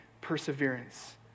perseverance